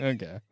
Okay